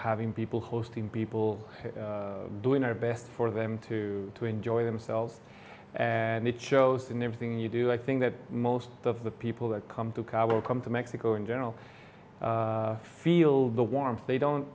having people hosting people doing our best for them to enjoy themselves and it shows in everything you do i think that most of the people that come to power come to mexico in general feel the warmth they don't